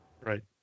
Right